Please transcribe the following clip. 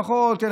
פחות סגנים,